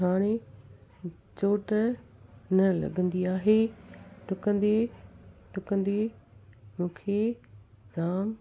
हाणे चोट न लॻंदी आहे डुकंदे डुकंदे मूंखे जामु